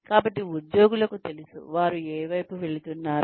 కాబట్టి ఉద్యోగులకు తెలుసు వారు ఏ వైపు వెళుతున్నారో